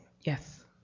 Yes